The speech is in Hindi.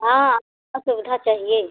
हाँ सुविधा चाहिए